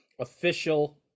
official